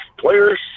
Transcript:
players